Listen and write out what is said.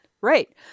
Right